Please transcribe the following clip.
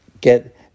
get